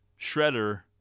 Shredder